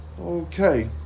Okay